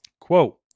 Quote